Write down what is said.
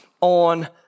on